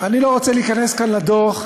אני לא רוצה להיכנס כאן לדוח,